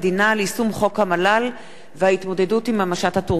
על יישום חוק המל"ל ועל ההתמודדות עם המשט הטורקי.